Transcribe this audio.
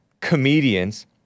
comedians